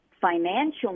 financial